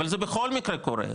אבל זה בכל מקרה קורה,